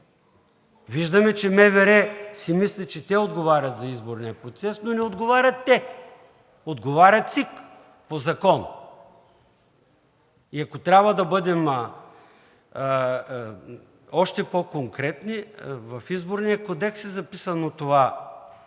Виждаме, че от МВР си мислят, че отговарят за изборния процес, но не отговарят те – отговаря ЦИК по закон. И ако трябва да бъдем още по-конкретни, в Изборния кодекс е записано това,